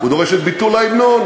הוא דורש את ביטול ההמנון,